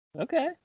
Okay